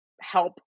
help